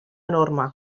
enorme